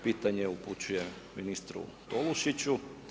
Pitanje upućujem ministru Tolušiću.